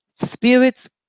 spirits